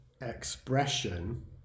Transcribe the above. expression